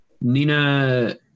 Nina